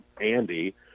Andy